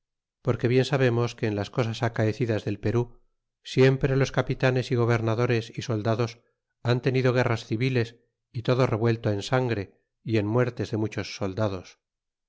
porque bien sabemos que en las cosas acaecidas del perú siempre los capitanes y gobernadores y soldados han tenido guerras civiles y todo revuelto en sangre yen muertes de muchos soldados